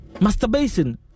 masturbation